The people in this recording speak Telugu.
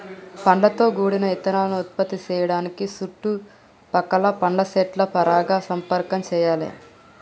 పండ్లతో గూడిన ఇత్తనాలను ఉత్పత్తి సేయడానికి సుట్టు పక్కల పండ్ల సెట్ల పరాగ సంపర్కం చెయ్యాలే